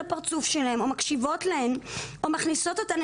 הפרצוף שלהן או מקשיבות להן או מכניסות אותן,